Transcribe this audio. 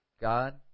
God